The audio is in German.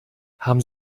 haben